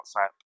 outside